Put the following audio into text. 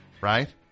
Right